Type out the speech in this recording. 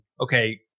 okay